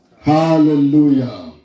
Hallelujah